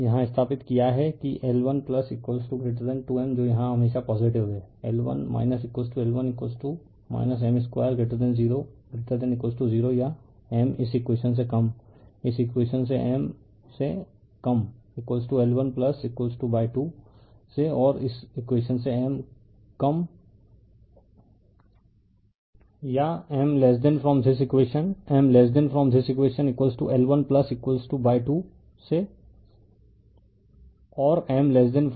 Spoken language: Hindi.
यहाँ स्थापित किया है कि L1 2 M जो यहाँ हमेशा पॉजिटिव है L1 L1 M 2 0 0 या M less than from this equation M less than from this equation L1बाये 2 से और M less than from this equation r√ rL1 हैं